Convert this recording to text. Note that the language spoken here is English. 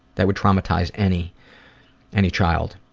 that would traumatize any any child.